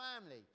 family